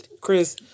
Chris